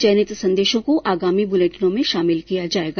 चयनित संदेशों को आगामी बुलेटिनों में शामिल किया जाएगा